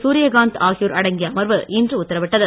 சூர்யகாந்த் ஆகியோர் அடங்கிய அமர்வு இன்று உத்தரவிட்டது